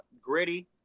gritty